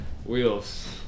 wheels